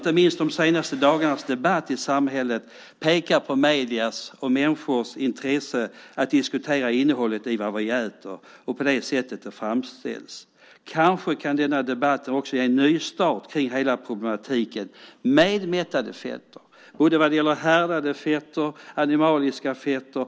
Inte minst de senaste dagarnas debatt i samhället pekar på mediernas och människors intresse att diskutera innehållet i vad vi äter och det sätt det framställs på. Kanske kan denna debatt också ge en nystart för hela problematiken med mättade fetter, både när det gäller härdade fetter och animaliska fetter.